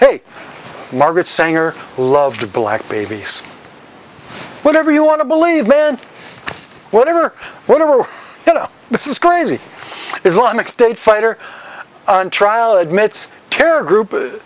hate margaret sanger loved black babies whatever you want to believe man whatever whatever you know this is crazy islamic state fighter on trial admits terror group